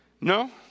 No